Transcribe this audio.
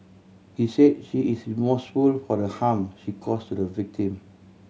he say she is remorseful for the harm she cause to the victim